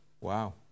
wow